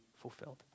fulfilled